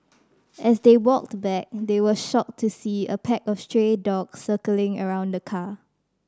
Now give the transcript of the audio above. as they walked back they were shocked to see a pack of stray dogs circling around the car